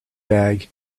bag